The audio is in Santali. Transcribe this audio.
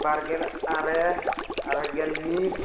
ᱵᱟᱨᱜᱮᱞ ᱟᱨᱮ ᱟᱨᱮ ᱜᱮᱞ ᱢᱤᱫ